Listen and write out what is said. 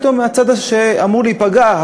פתאום הצד שאמור להיפגע,